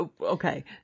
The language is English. okay